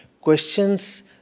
questions